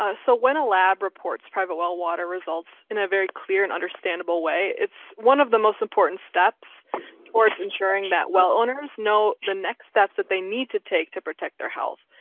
ah so when a lab reports private well water results in a very clear and understandable way, it's one of the most important steps or it's ensuring that well owners know the next steps that they need to take to protect their health.